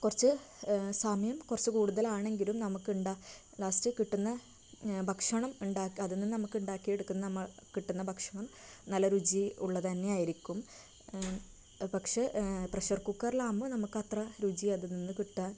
കുറച്ച് സമയം കുറച്ച് കൂടുതലാണെങ്കിലും നമുക്ക് ഉണ്ടാ ലാസ്റ്റ് കിട്ടുന്ന ഭക്ഷണം ഉണ്ടാക്കാം അതിൽ നിന്ന് നമുക്ക് ഉണ്ടാക്കി എടുക്കുന്ന നമ്മൾ കിട്ടുന്ന ഭക്ഷണം നല്ല രുചി ഉള്ളത് തന്നെ ആയിരിക്കും പക്ഷെ പ്രഷർ കുക്കറിലാവുമ്പോൾ നമൾക്കത്ര രുചി അതിൽ നിന്ന് കിട്ടുക